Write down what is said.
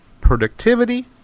Productivity